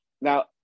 Now